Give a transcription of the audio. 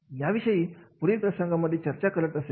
याविषयी पुढील प्रसंगांमध्ये चर्चा करत असेल